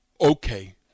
okay